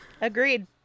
Agreed